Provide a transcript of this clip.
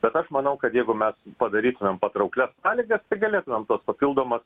bet aš manau kad jeigu mes padarytumėm patrauklias sąlygas galėtumėm tuos papildomas